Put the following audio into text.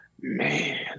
Man